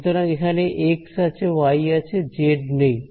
সুতরাং এখানে এক্স আছে ওয়াই আছে জেড নেই